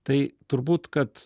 tai turbūt kad